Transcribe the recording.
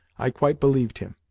i quite believed him.